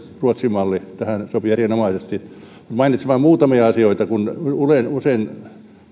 ruotsin malli tähän sopii erinomaisesti mainitsin vain muutamia asioita kun usein